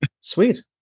Sweet